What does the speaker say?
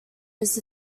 his